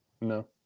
No